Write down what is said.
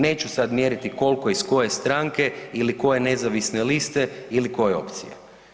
Neću sad mjeriti koliko iz koje stranke ili koje nezavisne liste ili koje opcije.